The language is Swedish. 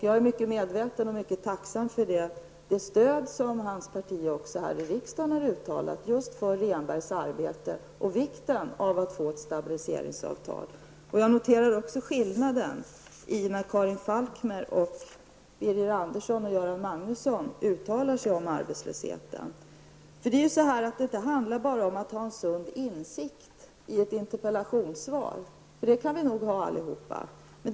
Jag är mycket medveten om och tacksam för det stöd som han och hans parti har uttalat också här i riksdagen för Rehnbergs arbete och för vikten av att få ett stabiliseringsavtal. Jag noterar också skillnaderna när Karin Falkmer, Birger Andersson och Göran Magnusson uttalar sig om arbetslösheten. Det handlar ju inte bara om att i ett interpellationssvar ge uttryck för en sund insikt. En sådan kan vi nog alla ha.